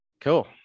Cool